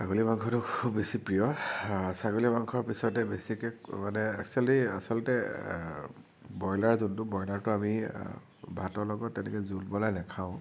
ছাগলী মাংসটো খুব বেছি প্ৰিয় ছাগলী মাংসৰ পিছতে বেছিকৈ মানে এক্সুৱেলী আচলতে ব্ৰয়লাৰ যোনটো ব্ৰয়লাৰটো আমি ভাতৰ লগত তেনেকৈ জোল বনাই নাখাওঁ